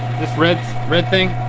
this red red thing.